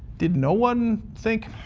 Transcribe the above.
did no one think,